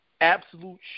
absolute